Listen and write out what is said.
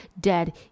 dead